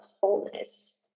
wholeness